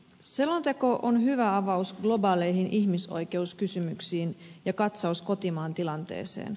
selonteko on hyvä avaus globaaleihin ihmisoikeuskysymyksiin ja katsaus kotimaan tilanteeseen